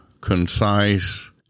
concise